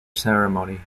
ceremony